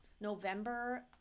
November